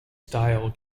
style